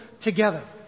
together